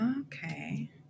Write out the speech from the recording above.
Okay